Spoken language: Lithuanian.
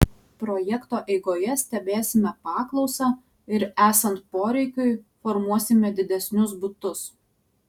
projekto eigoje stebėsime paklausą ir esant poreikiui formuosime didesnius butus